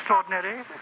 extraordinary